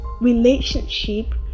relationship